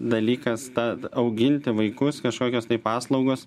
dalykas ta auginti vaikus kažkokios tai paslaugos